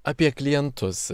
apie klientus